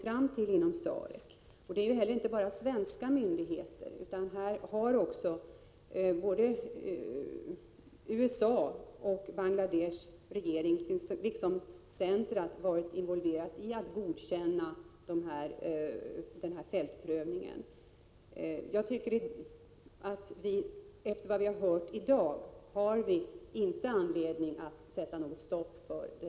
Jag tror att det vore viktigt och värdefullt att man liksom när det gällde Indiens familjehälsovårdsprojekt drar sig ur det hela så snart som möjligt.